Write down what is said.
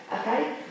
okay